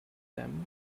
them